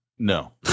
No